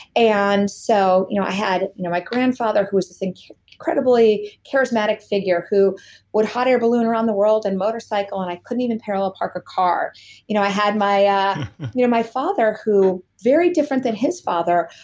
and so you know i had you know my grandfather who was this like incredibly charismatic figure who would hot air balloon around the world and motorcycle and i couldn't even parallel park a car you know i had my ah you know my father who, very different than his father,